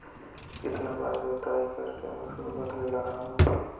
कितन बार जोताई कर के मसूर बदले लगाबो?